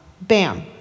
Bam